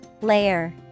Layer